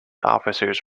officers